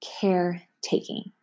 caretaking